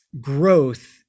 growth